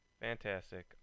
fantastic